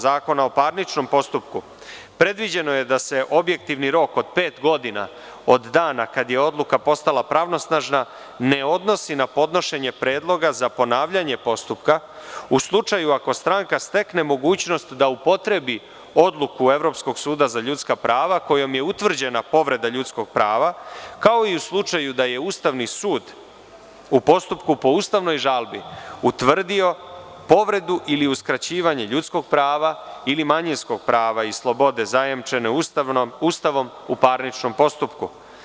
Zakona o parničnom postupku predviđeno je da se objektivni rok od pet godina od dana kada je odluka postala pravosnažna ne odnosi na podnošenje predloga za ponavljanje postupka u slučaju ako stranka stekne mogućnost da upotrebi odluku Evropskog suda za ljudska prava kojom je utvrđena povreda ljudskog prava, kao i u slučaju da je Ustavni sud u postupku po ustavnoj žalbi utvrdio povredu ili uskraćivanje ljudskog prava ili manjinskog prava i slobode zajemčeno Ustavom u parničnom postupku.